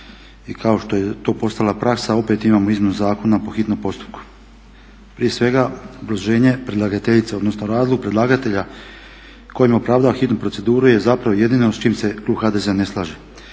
i kao što je to postala praksa opet imamo izmjenu zakona po hitnom postupku. Prije svega obrazloženje predlagateljice odnosno razlog predlagatelja kojim opravdava hitnu proceduru je jedino s čim se klub HDZ-a ne slaže